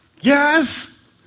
Yes